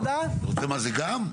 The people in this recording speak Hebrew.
אתה רוצה לדעת מה זה גם?